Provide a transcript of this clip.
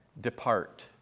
Depart